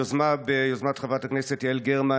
היוזמה היא של חברת הכנסת יעל גרמן